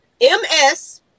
MS